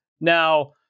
Now